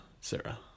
Sarah